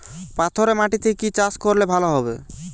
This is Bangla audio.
পাথরে মাটিতে কি চাষ করলে ভালো হবে?